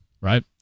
right